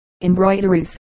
embroideries